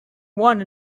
one